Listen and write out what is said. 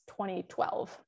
2012